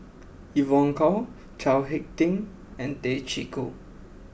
Evon Kow Chao Hick Tin and Tay Chee Koh